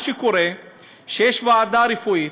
מה שקורה הוא שיש ועדה רפואית,